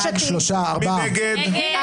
מי נמנע?